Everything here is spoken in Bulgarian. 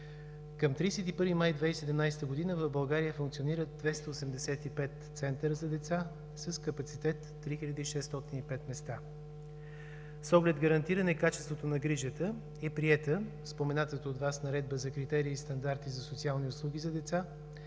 Към 31 май 2017 г. в България функционират 285 центъра за деца, с капацитет – 3605 места. С оглед гарантиране качеството на грижата, е приета спомената от Вас Наредба за критерии и стандарти за социални услуги за деца,